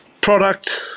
product